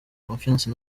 confiance